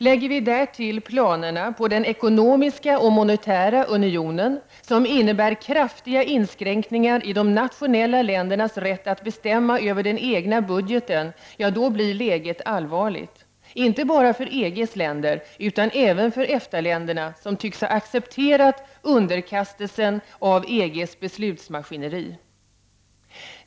Lägger vi därtill planerna på den ekonomiska och monetära unionen, som innebär kraftiga inskränkningar i de nationella ländernas rätt att bestämma över den egna budgeten, blir läget allvarligt, inte bara för EG:s länder, utan även för EFTA-länderna, som tycks ha accepterat underkastelsen under EG:s beslutsmaskineri.